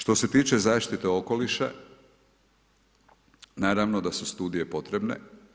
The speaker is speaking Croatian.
Što se tiče zaštite okoliša, naravno da su studije potrebne.